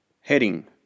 Heading